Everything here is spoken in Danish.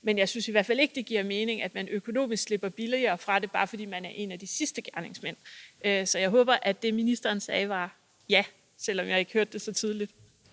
Men jeg synes i hvert fald ikke, det giver mening, at man økonomisk slipper billigere fra det, bare fordi man er en af de sidste gerningsmænd. Så jeg håber, at det, ministeren sagde, var et ja, selv om jeg ikke hørte det så tydeligt.